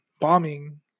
bombing